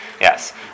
yes